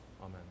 Amen